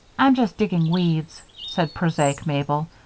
i'm just digging weeds, said prosaic mabel,